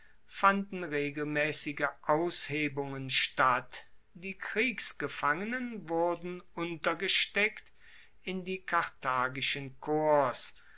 fanden regelmaessige aushebungen statt die kriegsgefangenen wurden untergesteckt in die karthagischen korps